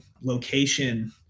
location-